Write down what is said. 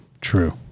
True